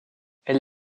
elle